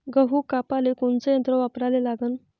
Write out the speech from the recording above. गहू कापाले कोनचं यंत्र वापराले लागन?